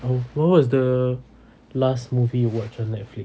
oh what was the last movie you watched on netflix